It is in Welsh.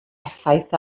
effaith